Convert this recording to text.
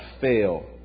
fail